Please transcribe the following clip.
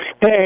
Hey